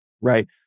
right